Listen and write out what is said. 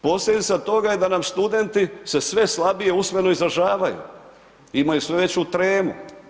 Posljedica je toga da nam studenti se sve slabije usmeno izražavaju, imaju sve veću tremu.